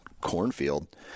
cornfield